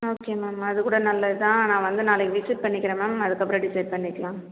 okay ma'am அது கூட நல்லதுதான் நான் வந்து நாளைக்கு விசிட் பண்ணிக்கிறேன் மேம் அதுக்கப்புறம் டிசைட் பண்ணிக்கலாம்